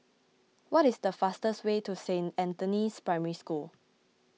what is the fastest way to Saint Anthony's Primary School